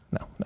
no